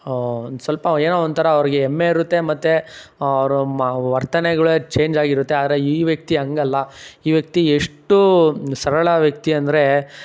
ಸ್ವಲ್ಪ ಏನೋ ಒಂಥರಾ ಅವ್ರಿಗೆ ಹೆಮ್ಮೆ ಇರುತ್ತೆ ಮತ್ತೆ ಅವರು ಮಾ ವರ್ತನೆಗಳೇ ಚೇಂಜ್ ಆಗಿರುತ್ತೆ ಆದರೆ ಈ ವ್ಯಕ್ತಿ ಹಂಗಲ್ಲ ಈ ವ್ಯಕ್ತಿ ಎಷ್ಟು ಸರಳ ವ್ಯಕ್ತಿ ಅಂದರೆ